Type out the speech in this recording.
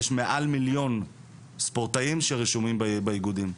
יש מעל מיליון ספורטאים שרשומים באיגודים.